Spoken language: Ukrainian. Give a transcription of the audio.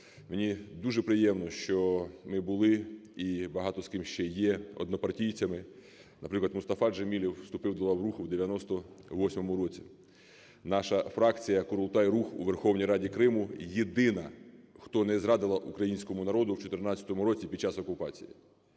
Мені дуже приємно, що ми були і багато з ким ще є однопартійцями. Наприклад, Мустафа Джемілєв вступив до лав Руху в 98-му році. Наша фракція "Курултай-Рух" у Верховній Раді Криму єдина, хто не зрадила українському народу в 14-му році під час окупації.